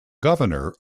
governor